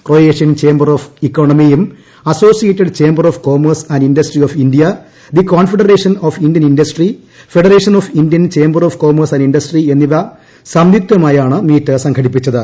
Croatian chamber of ഇക്കോണമിയും associated chamber of commerce and industry of India the confederation of Indian industry federation of Indian chamber of commerce and industry എന്നിവ സംയുക്തമായാണ് business meet സംഘടിപ്പിച്ചത്